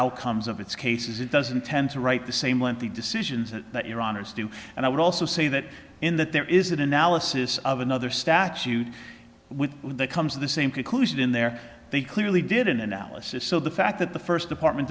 outcomes of its cases it doesn't tend to write the same lengthy decisions that iran has to do and i would also say that in that there is an analysis of another statute with that comes the same conclusion in there they clearly did an analysis so the fact that the first department